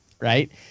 right